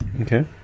Okay